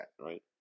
right